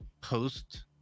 post